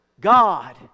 God